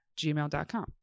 gmail.com